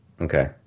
Okay